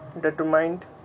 determined